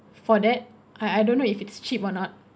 for that I I don't know if it's cheap or not